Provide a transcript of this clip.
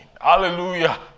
Hallelujah